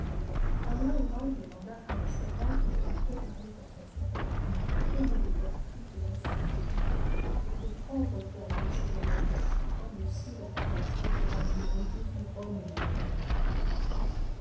n arrivant il demanda à la servante de kiî préparer pour son souper une poitrine de porc cuite dans son jus et de prendre pour lui chez l'aubergiste autant de cidre qu'il eu faut pour enivrer douze ivrognes de